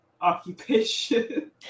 occupation